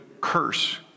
curse